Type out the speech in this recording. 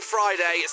Friday